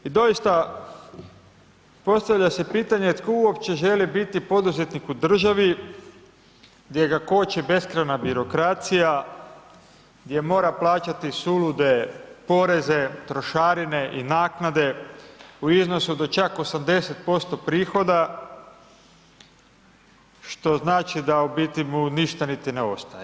I dosita postavlja se pitanje, tko uopće želi biti poduzetnik u državi, gdje ga koći beskrajna birokracija, gdje mora plaćati sulude poreze, trošarine i naknade u iznosu do čak 80% prihoda, što znači da u biti mu ništa niti ne ostaje.